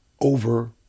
over